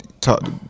Talk